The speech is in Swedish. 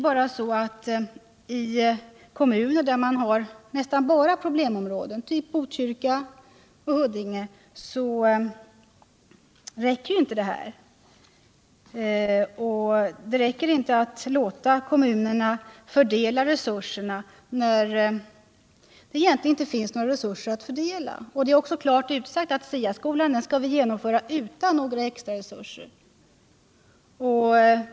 Men i kommuner där man har nästan bara problemområden, typ Botkyrka och Huddinge, är inte de åtgärderna tillräckliga. Det räcker inte att låta kommunerna fördela resurserna när det egentligen inte finns några resurser att fördela. Det är också klart utsagt att vi skall genomföra SIA skolan utan några extra resurser.